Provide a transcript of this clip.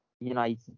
United